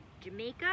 Jamaica